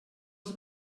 els